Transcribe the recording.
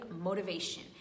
motivation